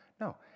No